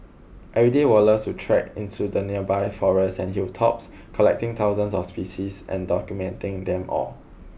every day Wallace would trek into the nearby forests and hilltops collecting thousands of species and documenting them all